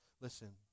Listen